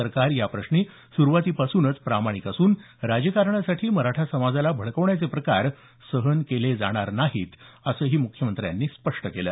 सरकार या प्रश्नी सुरुवातीपासून प्रामाणिक असून राजकारणासाठी मराठा समाजाला भडकवण्याचे प्रकार सहन केले जाणार नाहीत असंही मुख्यमंत्र्यांनी स्पष्ट केलं